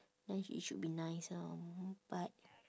then it should be nice ah but